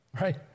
Right